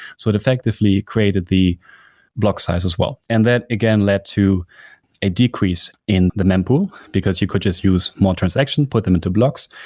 so it effectively created the block size as well, and that again led to a decrease in the mempool because you could just use more transaction, put them into blocks.